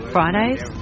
Fridays